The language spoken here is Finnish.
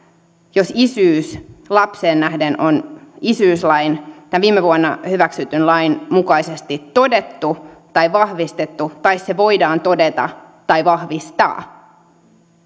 jos isyys lapseen nähden on isyyslain tämän viime vuonna hyväksytyn lain mukaisesti todettu tai vahvistettu tai se voidaan todeta tai vahvistaa